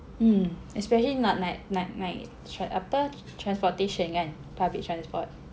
um especially nak naik nak naik shut~ ape transportation kan public transport